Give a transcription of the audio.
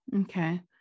Okay